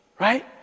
Right